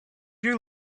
you